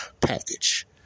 package